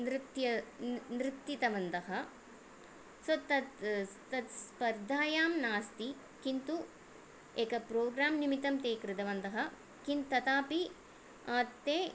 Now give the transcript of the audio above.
नृत्य न् नर्तितवन्तः सो तत् स् तत् स्पर्धायां नास्ति किन्तु एकं प्रोग्रां निमित्तं ते कृतवन्तः किं तथापि ते